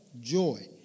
joy